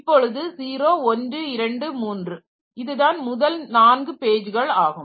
இப்பொழுது 0123 இதுதான் முதல் 4 பேஜ்கள் ஆகும்